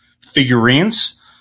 figurines